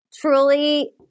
Truly